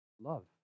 love